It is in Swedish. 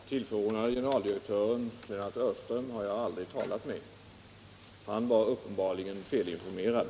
Herr talman! Den tillförordnade generaldirektören Lennart Öhrström har jag aldrig talat med. Han var uppenbarligen felinformerad.